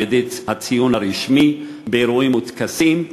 על-ידי הציון הרשמי באירועים וטקסים,